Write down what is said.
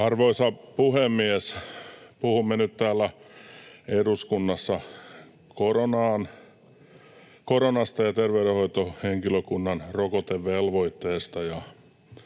Arvoisa puhemies! Puhumme nyt täällä eduskunnassa koronasta ja terveydenhoitohenkilökunnan rokotevelvoitteesta,